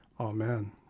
Amen